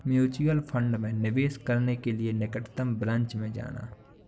mutual fund में निवेश करने के लिए निकटतम ब्रांच में जाना